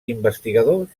investigadors